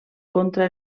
contra